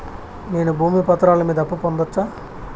నేను భూమి పత్రాల మీద అప్పు పొందొచ్చా?